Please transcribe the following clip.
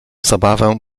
zabawę